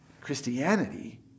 Christianity